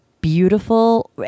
beautiful